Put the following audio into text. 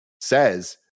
says